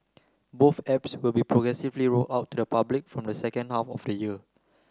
both apps will be progressively rolled out to the public from the second half of the year